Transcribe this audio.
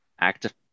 active